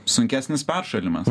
sunkesnis peršalimas